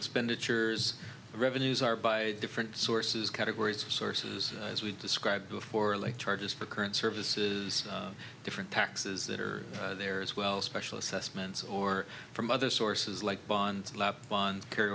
expenditures revenues are by different sources categories sources as we described before like charges for current services different taxes that are there as well special assessments or from other sources like bonds flap bond carry